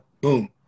Boom